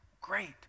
great